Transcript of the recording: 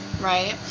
right